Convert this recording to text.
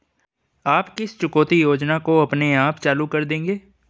आप किस चुकौती योजना को अपने आप चालू कर देंगे?